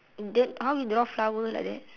and then how you draw flower like that